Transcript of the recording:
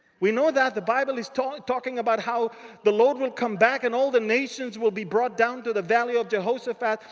we know that the bible is talking talking about how the lord will come back. and all the nations will be brought down to the valley of jehoshaphat.